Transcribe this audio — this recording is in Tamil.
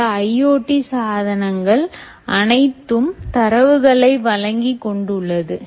இந்த IoT சாதனங்கள் அனைத்தும் தரவுகளை வழங்கி கொண்டுள்ளது